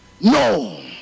no